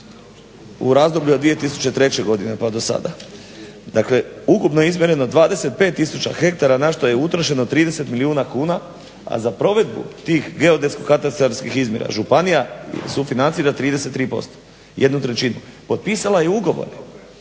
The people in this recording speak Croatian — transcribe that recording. u razdoblju od 2003. godine pa dosada, dakle ukupno je izmjereno 25 tisuća hektara na što je utrošeno 30 milijuna kuna, a za provedbu tih geodetsko-katastarskih izmjera županija sufinancira 33%, jednu trećinu. Potpisala je ugovor